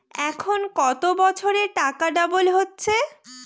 এখন কত বছরে টাকা ডবল হচ্ছে?